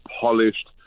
polished